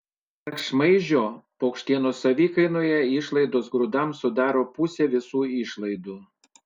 pasak šmaižio paukštienos savikainoje išlaidos grūdams sudaro pusę visų išlaidų